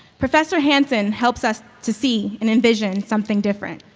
professor hanson helps us to see and envision something different.